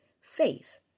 faith